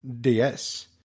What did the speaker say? DS